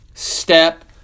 Step